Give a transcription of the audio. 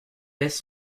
laisse